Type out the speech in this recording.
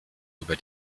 über